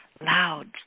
loud